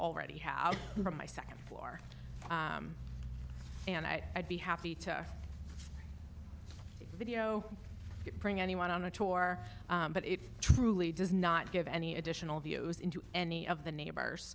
already have from my second floor and i would be happy to video bring anyone on a chore but if truly does not give any additional views into any of the neighbors